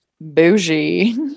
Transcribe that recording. Bougie